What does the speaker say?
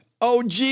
OG